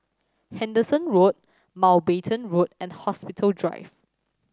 Henderson Road Mountbatten Road and Hospital Drive